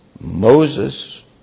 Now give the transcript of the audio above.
Moses